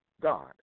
God